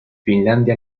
finlandia